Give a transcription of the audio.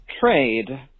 trade